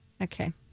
Okay